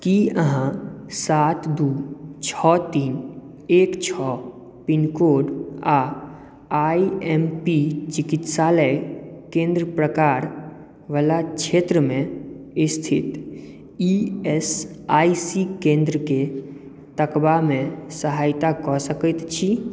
की अहाँ सात दू छओ तीन एक छओ पिनकोड आ आई एम पी चिकित्सालय केन्द्र प्रकारवला क्षेत्रमे स्थित ई एस आई सी केन्द्रकेँ तकबामे सहायता कऽ सकैत छी